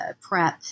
PrEP